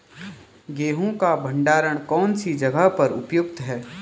गेहूँ का भंडारण कौन सी जगह पर उपयुक्त है?